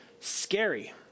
scary